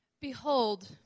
Behold